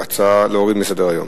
להוריד מסדר-היום.